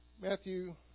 Matthew